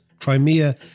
Crimea